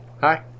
Hi